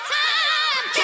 time